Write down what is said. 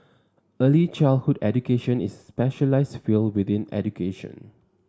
early childhood education is specialised field within education